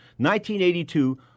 1982